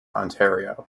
ontario